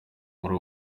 muri